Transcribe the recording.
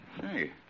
Hey